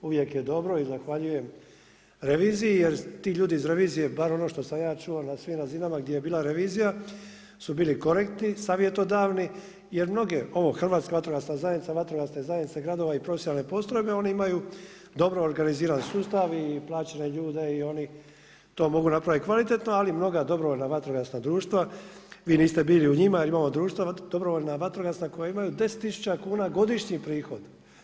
Uvijek je dobro i zahvaljujem reviziji jer ti ljudi iz revizije bar ono što sam ja čuo na svim razinama gdje je bila revizija su bili korektni, savjetodavni jer mnoge ovo Hrvatska vatrogasna zajednica, vatrogasne zajednice gradova i profesionalne postrojbe one imaju dobro organiziran sustav i plaćene ljude i oni to mogu napraviti kvalitetno, ali mnoga dobrovoljna vatrogasna društva – vi niste bili u njima - jer imamo društva dobrovoljna vatrogasna koja imaju 10 tisuća kuna godišnji prihod.